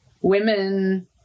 women